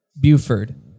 Buford